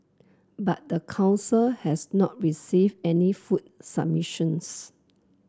but the council has not received any food submissions